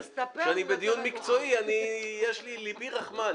כשאני בדיון מקצועי ליבי רחמן.